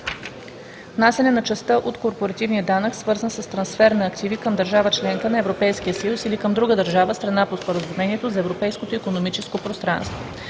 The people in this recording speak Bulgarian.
Внасяне на частта от корпоративния данък, свързан с трансфер на активи към държава – членка на Европейския съюз, или към друга държава – страна по Споразумението за Европейското икономическо пространство